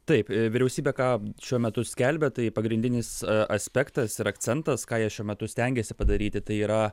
taip vyriausybė ką šiuo metu skelbia tai pagrindinis aspektas ir akcentas ką jie šiuo metu stengiasi padaryti tai yra